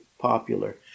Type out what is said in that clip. popular